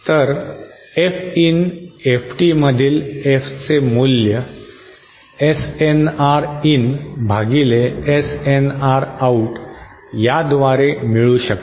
तर F in FT मधील F चे मूल्य SNR इन भागिले SNR आऊट याद्वारे मिळू शकते